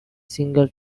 single